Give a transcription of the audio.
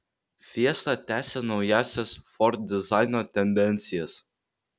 fiesta tęsia naująsias ford dizaino tendencijas